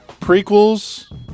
prequels